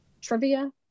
trivia